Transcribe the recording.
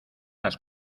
las